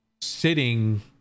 sitting